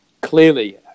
clearly